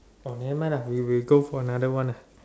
oh never mind lah we we go for another one lah